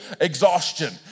exhaustion